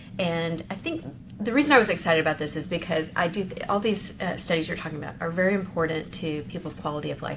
and i think the reason i was excited about this is because i do, all these studies you're talking about are very important to people's quality of life,